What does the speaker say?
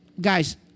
guys